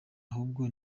ahubwo